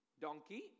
donkey